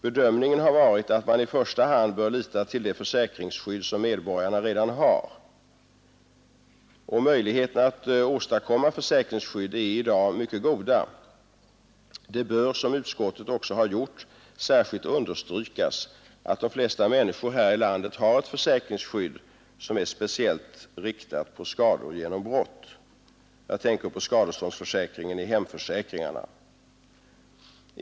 Bedömningen har varit att man i första hand bör lita till det försäkringsskydd som medborgarna redan har, och möjligheterna att åstadkomma försäkringsskydd är i dag mycket goda. Det bör, som utskottet också har gjort, särskilt understrykas att de flesta människor här i landet har ett försäkringsskydd som är speciellt riktat på skador genom brott. Jag tänker på skadeståndsförsäkringen i hemförsäkringarna.